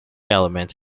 element